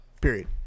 period